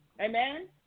Amen